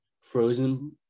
frozen